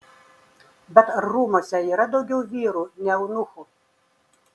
bet ar rūmuose yra daugiau vyrų ne eunuchų